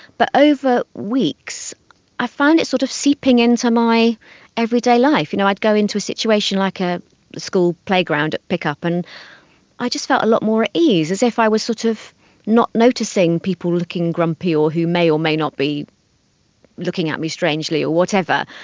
but over weeks i found it sort of seeping into um my everyday life. you know, i'd go into a situation like a school playground at pickup and i just felt a lot more at ease, as if i was sort of not noticing people looking grumpy or who may or may not be looking at me strangely or whatever.